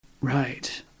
Right